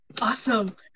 Awesome